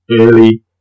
early